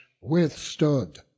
withstood